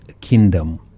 kingdom